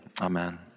amen